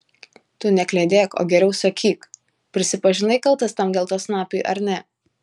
tu nekliedėk o geriau sakyk prisipažinai kaltas tam geltonsnapiui ar ne